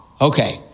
Okay